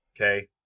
okay